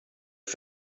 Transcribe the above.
det